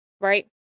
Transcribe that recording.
right